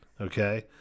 Okay